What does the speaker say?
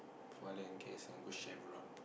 fall in case and go Cameron